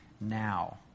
now